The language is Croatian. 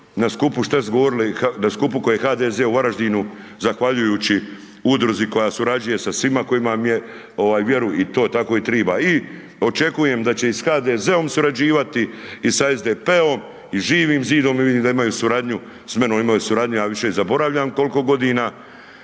na skupu koji je HDZ u Varaždinu, zahvaljujući udruzi koja surađuje sa svima, koja ima vjeru i tako i treba. I očekujem da će i sa HDZ-om surađivati i sa SDP-om i Živim zidom, vidim da imaju suradnju, samnom imaju suradnju, ja više zaboravljam koliko godina.